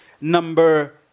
number